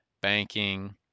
banking